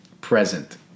present